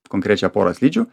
konkrečią porą slidžių